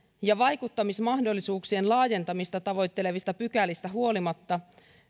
ja vaikuttamismahdollisuuksien laajentamista tavoittelevista pykälistä huolimatta